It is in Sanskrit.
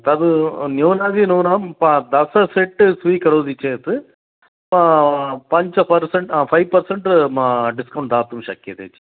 तद् न्यूनातिन्यूनं प दश सेट् स्वीकरोति चेत् पञ्च पर्सेण्ट् फ़ै पर्सेण्ट् डिस्कौण्ट् दातुं शक्यते जि